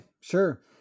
Sure